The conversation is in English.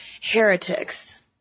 heretics